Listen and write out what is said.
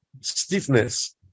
stiffness